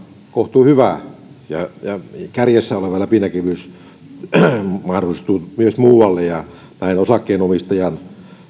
kohtuuhyvä ja kärjessä oleva läpinäkyvyys mahdollistuu myös muualle ja näin osakkeenomistajan